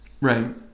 Right